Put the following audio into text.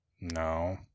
No